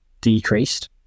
decreased